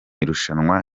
irushanwa